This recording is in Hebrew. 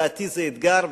לדעתי זה אתגר,